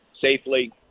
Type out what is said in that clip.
safely